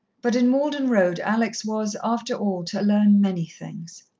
but in malden road alex was, after all, to learn many things.